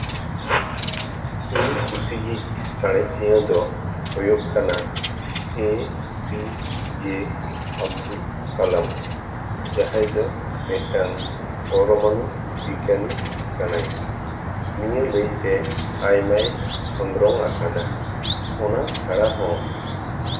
ᱤᱧ ᱠᱩᱥᱤᱭᱤᱡ ᱥᱟᱬᱮᱥᱤᱭᱟᱹ ᱫᱚ ᱦᱩᱭᱩᱜ ᱠᱟᱱᱟ A P J Abdul Kalam ᱡᱟᱦᱟᱸᱭ ᱫᱚ ᱢᱤᱫᱴᱟᱱ ᱯᱚᱨᱚᱢᱟᱱᱩ ᱵᱤᱜᱽᱜᱟᱱᱤ ᱠᱟᱱᱟᱭ ᱱᱤᱭᱟᱹ ᱞᱟᱹᱭᱛᱮ ᱟᱭᱢᱟᱭ ᱠᱷᱚᱸᱫᱽᱨᱚᱱ ᱟᱠᱟᱫᱟ ᱚᱱᱟ ᱪᱷᱟᱲᱟ ᱦᱚᱸ